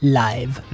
live